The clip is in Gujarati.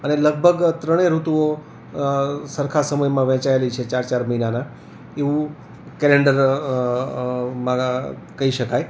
અને લગભગ ત્રણેય ઋતુઓ સરખા સમયમાં વહેંચાયેલી છે ચાર ચાર મહિનાના એવું કેલેન્ડર મારા કહી શકાય